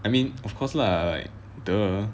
I mean of course lah like !duh!